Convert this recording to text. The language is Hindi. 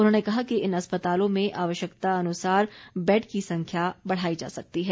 उन्होंने कहा कि इन अस्पतालों में आवश्यकता अनुसार बैड की संख्या बढ़ाई जा सकती है